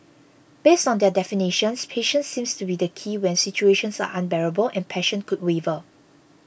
based on there definitions patience seems to be the key when situations are unbearable and passion could waver